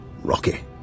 Rocky